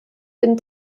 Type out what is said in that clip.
den